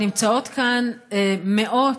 נמצאות כאן מאות